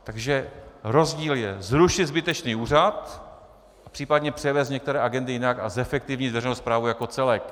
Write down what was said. Takže rozdíl je zrušit zbytečný úřad, případně převést některé agendy jinam, a zefektivnit veřejnou správu jako celek.